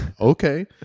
okay